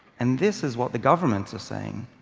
and this is what the governments are saying.